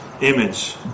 image